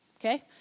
Okay